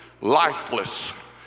Lifeless